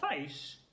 face